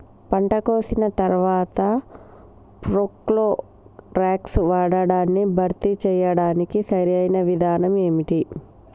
పంట కోసిన తర్వాత ప్రోక్లోరాక్స్ వాడకాన్ని భర్తీ చేయడానికి సరియైన విధానం ఏమిటి?